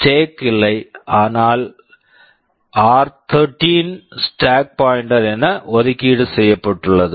stack stack இல்லை ஆனால் ஆர்13 r13 stack stack pointer pointer என ஒதுக்கீடு செய்யப்பட்டுள்ளது